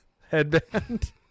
headband